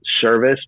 service